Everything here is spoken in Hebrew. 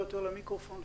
ויכולנו.